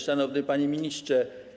Szanowny Panie Ministrze!